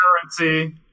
currency